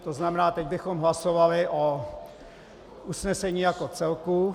To znamená, teď bychom hlasovali o usnesení jako celku.